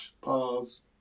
pause